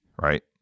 Right